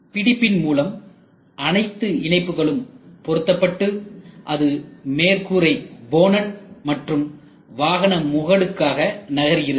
பிடிப்பின் மூலம் அனைத்து இணைப்புகளும் பொருத்தப்பட்டு அது மேற்கூரை போனட் மற்றும் வாகன முகடுக்காக நகர்கிறது